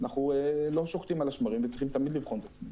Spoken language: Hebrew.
אנחנו לא שוקטים על השמרים וצריכים תמיד לבחון את עצמנו.